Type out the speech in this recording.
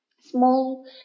small